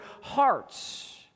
hearts